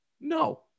no